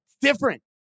Different